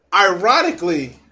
ironically